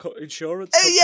insurance